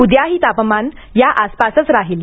उद्याही तापमान या आसपासच राहील